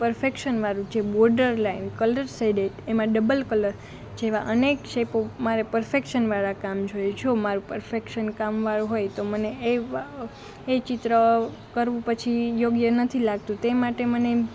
perfection વાળું જે border line colour shaded એમાં ડબલ કલર જેવા અનેક શેપો મારે પરફેક્શન વાળાં કામ જોઈએ જો મારું પરફેક્શન કામ વાળું હોય તો મને એ એ ચિત્ર કરવું પછી યોગ્ય નથી લાગતું તે માટે મને